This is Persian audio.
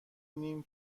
نیم